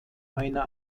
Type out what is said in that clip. einer